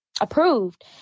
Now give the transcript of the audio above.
approved